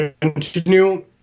continue